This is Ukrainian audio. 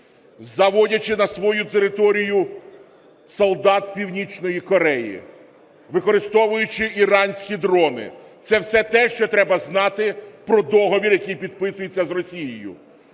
заводячи на свою територію солдат Північної Кореї, використовуючи іранські дрони. Це все те, що треба знати про договір, який підписується з Росією.